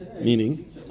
Meaning